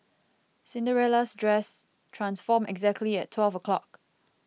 Cinderella's dress transformed exactly at twelve o' clock